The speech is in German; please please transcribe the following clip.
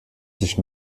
sich